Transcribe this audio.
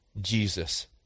jesus